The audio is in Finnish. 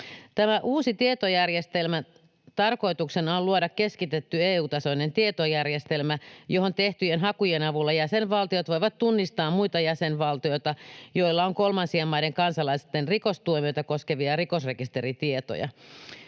Tämän uuden tietojärjestelmän tarkoituksena on luoda keskitetty EU-tasoinen tietojärjestelmä, johon tehtyjen hakujen avulla jäsenvaltiot voivat tunnistaa muita jäsenvaltioita, joilla on kolmansien maiden kansalaisten rikostuomioita koskevia rikosrekisteritietoja.